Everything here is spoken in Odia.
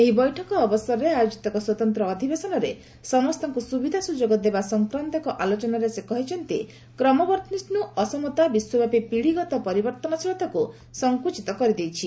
ଏହି ବୈଠକ ଅବସରରେ ଆୟୋଜିତ ଏକ ସ୍ୱତନ୍ତ୍ର ଅଧିବେଶନରେ ସମସ୍ତଙ୍କୁ ସୁବିଧା ସୁଯୋଗ ଦେବା ସଂକ୍ରାନ୍ତ ଏକ ଆଲୋଚନାରେ ସେ କହିଛନ୍ତି ଯେ କ୍ରମବର୍ଦ୍ଧିଷ୍ଟୁ ଅସମତା ବିଶ୍ୱବ୍ୟାପି ପିଢ଼ିଗତ ପରିବର୍ତ୍ତନଶୀଳତାକୁ ସଂକୁଚିତ କରିଦେଇଛି